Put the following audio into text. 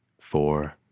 four